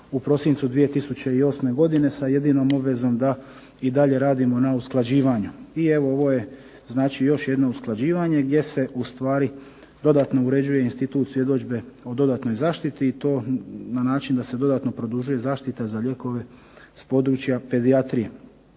u prosincu 2008. godine sa jedinom obvezom da i dalje radimo na usklađivanju. I ovo je još jedno usklađivanje gdje se ustvari dodatno uređuje institut svjedodžbe o dodatnoj zaštiti i to na način da se dodatno produžuje zaštita za lijekove s područja pedijatrije.